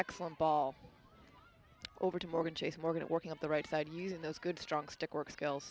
excellent ball over to morgan chase morgan working up the right side using those good strong stickwork skills